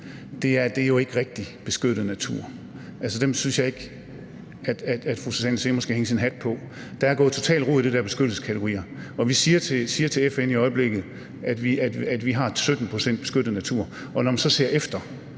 ikke gælder rigtigt beskyttet natur. Altså, dem synes jeg ikke at fru Susanne Zimmer skal hænge sin hat på. Der er gået totalt rod i det med de der beskyttelseskategorier. Vi siger til FN i øjeblikket, at vi har 17 pct. beskyttet natur,